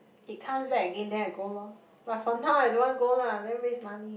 it comes back again then I go lor but for now I don't want to go lah damn waste money